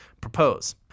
propose